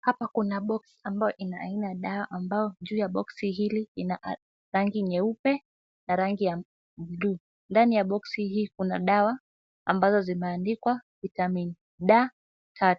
Hapa kuna boksi ambayo ina aina ya dawa ambayo juu ya boksi hili lina rangi nyeupe na rangi ya buluu. Ndani ya boksi hii kuna dawa ambazo zimeandikwa Vitamin D3